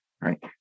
right